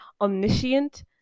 omniscient